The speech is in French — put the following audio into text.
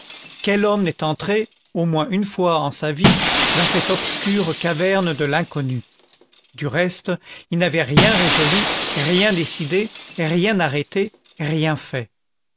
quel homme n'est entré au moins une fois en sa vie dans cette obscure caverne de l'inconnu du reste il n'avait rien résolu rien décidé rien arrêté rien fait